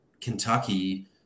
Kentucky